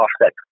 offset